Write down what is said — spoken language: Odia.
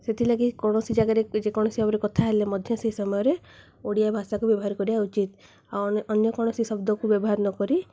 ସେଥିଲାଗି କୌଣସି ଜାଗାରେ ଯେକୌଣସି ଭାବରେ କଥା ହେଲେ ମଧ୍ୟ ସେହି ସମୟରେ ଓଡ଼ିଆ ଭାଷାକୁ ବ୍ୟବହାର କରିବା ଉଚିତ ଆଉ ଅନ୍ୟ ଅନ୍ୟ କୌଣସି ଶବ୍ଦକୁ ବ୍ୟବହାର ନକରି